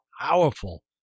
powerful